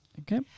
Okay